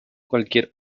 cualquier